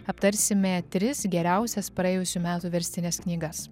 aptarsime tris geriausias praėjusių metų verstines knygas